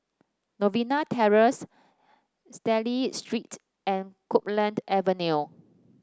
Novena Terrace Stanley Street and Copeland Avenue